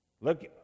Look